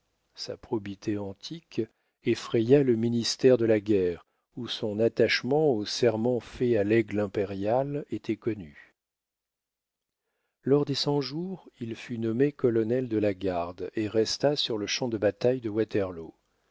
sa probité antique effraya le ministère de la guerre où son attachement aux serments faits à l'aigle impériale était connu lors des cent-jours il fut nommé colonel de la garde et resta sur le champ de bataille de waterloo